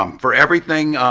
um for everything